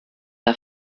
der